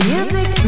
Music